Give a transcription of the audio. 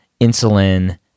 insulin